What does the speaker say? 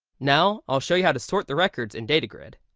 now i'll show you how to sort the records in data grid.